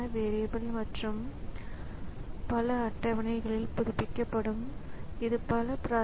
மறுபுறம் கீ குறியீடு அல்லது கீயின் எழுத்து கணினியை அடைய வேண்டும்